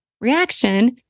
reaction